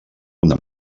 una